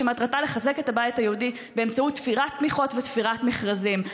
שמטרתה לחזק את הבית היהודי באמצעות תפירת תמיכות ותפירת מכרזים.